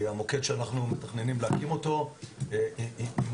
המוקד שאנחנו מתכננים להקים אותו יהיה עם